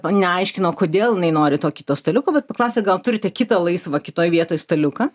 neaiškino kodėl jinai nori to kito staliuko bet paklausė gal turite kitą laisvą kitoj vietoj staliuką